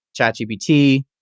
ChatGPT